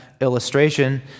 illustration